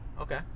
Okay